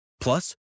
Plus